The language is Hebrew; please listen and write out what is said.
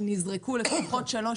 נזרק לפחות שלוש